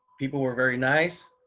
people were very nice.